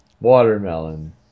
Watermelon